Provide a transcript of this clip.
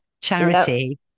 charity